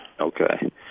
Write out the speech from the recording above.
Okay